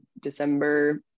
December